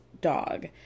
dog